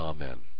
Amen